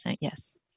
Yes